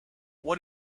what